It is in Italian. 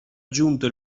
giunto